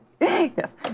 Yes